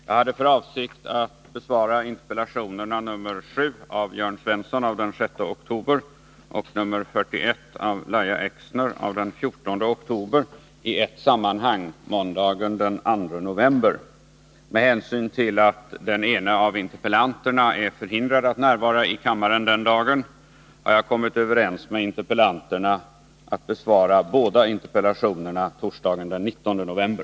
Herr talman! Jag hade för avsikt att besvara interpellationerna nr 7 av Jörn Svensson av den 6 oktober och nr 41 av Lahja Exner av den 14 oktober i ett sammanhang måndagen den 2 november. Med hänsyn till att den ene av interpellanterna är förhindrad att närvara i kammaren den dagen. har jag kommit överens med interpellanterna att besvara båda interpellationerna torsdagen den 19 november.